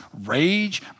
rage